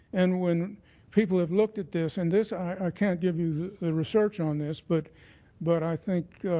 and when people have looked at this, and this i can't give you the research on this, but but i think